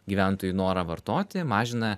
gyventojų norą vartoti mažina